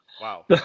Wow